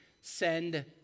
Send